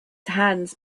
hands